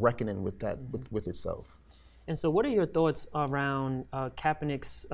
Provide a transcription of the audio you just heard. reckoning with that but with it so and so what are your thoughts around cappa next